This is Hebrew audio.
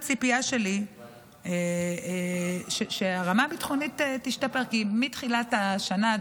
הציפייה שלי היא שהרמה הביטחונית תשתפר כי מתחילת השנה,